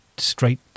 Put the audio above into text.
Straight